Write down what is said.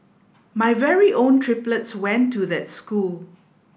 my very own triplets went to that school